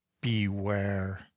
beware